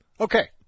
Okay